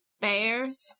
Bears